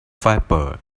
fiber